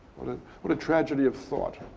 what ah what a tragedy of thought.